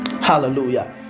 hallelujah